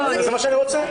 זה מה שאני רוצה.